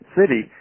city